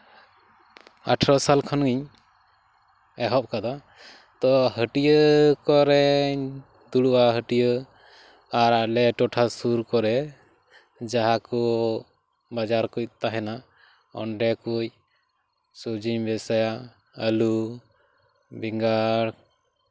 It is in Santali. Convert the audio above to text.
ᱟᱴᱷᱨᱚ ᱥᱟᱞ ᱠᱷᱚᱱᱤᱧ ᱮᱦᱚᱵ ᱠᱟᱫᱟ ᱛᱚ ᱦᱟᱹᱴᱭᱟᱹ ᱠᱚᱨᱮᱧ ᱫᱩᱲᱩᱵᱼᱟ ᱦᱟᱹᱴᱭᱟ ᱟᱨ ᱟᱞᱮ ᱴᱚᱴᱷᱟ ᱥᱩᱨ ᱠᱚᱨᱮ ᱡᱟᱦᱟᱸ ᱠᱚ ᱵᱟᱡᱟᱨ ᱠᱚ ᱛᱟᱦᱮᱱᱟ ᱚᱸᱰᱮ ᱠᱚᱨᱮ ᱥᱚᱵᱡᱤᱧ ᱵᱮᱵᱥᱟᱭᱟ ᱟᱹᱞᱩ ᱵᱮᱸᱜᱟᱲ